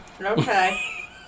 okay